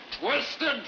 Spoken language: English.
twisted